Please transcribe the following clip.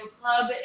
club